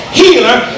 healer